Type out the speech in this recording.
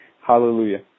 Hallelujah